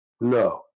No